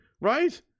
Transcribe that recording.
right